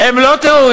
"הם לא טרוריסטים.